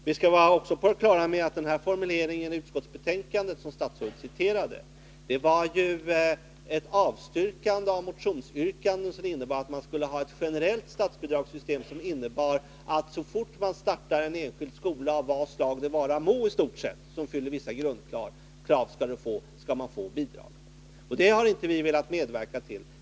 Vi skall vara på det klara med att formuleringen i utskottsbetänkandet som statsrådet citerade var ett avstyrkande av ett motionsyrkande om att man skall ha ett generellt statsbidragssystem som innebär, att så fort man startar en enskild skola avi stort sett vad slag det vara må som fyller vissa grundkrav, skall man få bidrag. Detta har vi inte velat medverka till.